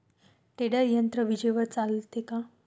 Tedder यंत्र विजेवर चालते का?